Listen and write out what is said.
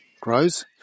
grows